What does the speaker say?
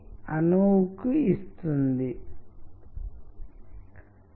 కాబట్టి మనము మానిప్యులేషన్ అనే కాన్సెప్ట్ గురించి మాట్లాడుదాము